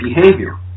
behavior